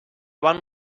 one